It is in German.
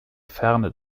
ferne